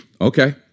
Okay